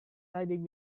hiding